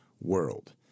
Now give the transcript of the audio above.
world